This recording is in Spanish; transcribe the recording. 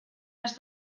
has